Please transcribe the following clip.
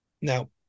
Now